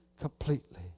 completely